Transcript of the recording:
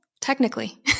technically